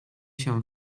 się